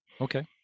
Okay